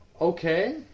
Okay